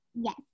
Yes